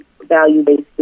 value-based